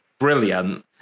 brilliant